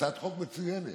חוק מצוינת.